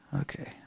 Okay